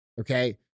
Okay